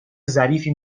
ظریفی